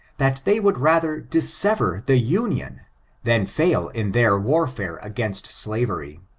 that they would rather dissever the union than fail in their warfare against slavery.